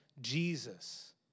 Jesus